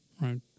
right